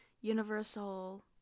universal